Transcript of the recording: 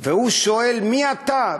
הוא שואל: מי אתה?